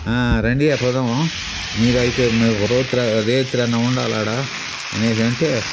రండి పోదాము మీరైతే రోత్ర రాత్రయినా ఉండాలి ఆడ అనేసంటే